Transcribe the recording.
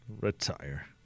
Retire